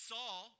Saul